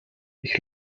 ich